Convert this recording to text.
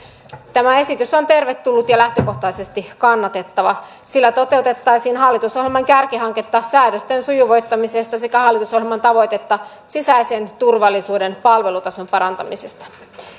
tämä esitys on tervetullut ja lähtökohtaisesti kannatettava sillä toteutettaisiin hallitusohjelman kärkihanketta säädösten sujuvoittamisesta sekä hallitusohjelman tavoitetta sisäisen turvallisuuden palvelutason parantamisesta